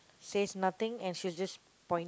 says nothing and she just point